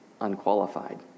unqualified